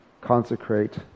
consecrate